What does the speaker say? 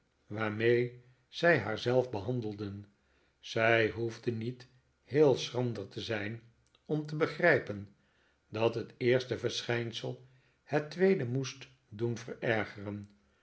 waarmee zij haar zelf behandelden zij hoefde niet heel schrander te zijn om te begrijpen dat het eerste verschijnsel het tweede moest doen